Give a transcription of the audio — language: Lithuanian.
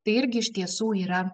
tai irgi iš tiesų yra